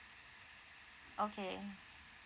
okay